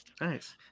Nice